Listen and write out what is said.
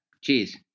Cheers